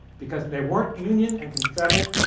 because they weren't union and confederate,